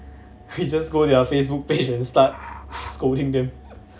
we just go their Facebook page and start scolding them